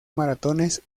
maratones